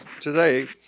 today